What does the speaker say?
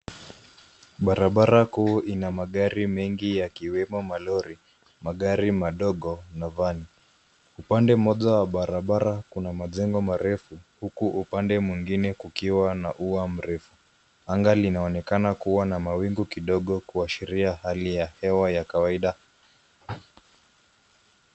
Barabara kuu ina magari mengi yakiwemo malori, magari madogo na vani. Upande mmoja wa barabara kuna majengo marefu huku upande mwingine kukiwa na ua mrefu. Anga linaonekana kuwa na mawingu kidogo kuashiria hali ya hewa ya kawaida.